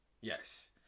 Yes